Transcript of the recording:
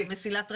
--- מסילת רכבת.